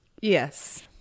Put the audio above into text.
Yes